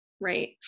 right